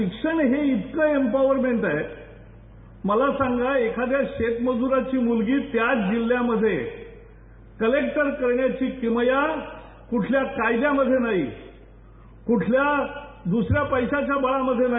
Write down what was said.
शिक्षण हे इतक इपॉवरमेंट आहे मला सांगा एका शेतमजूराची मुलगी त्याच जिल्ह्यात कलेक्टर करण्याची किमया कुठल्या कायद्यामध्ये नाही कुठल्या दुसऱ्या पैशांच्या बळामध्ये नाही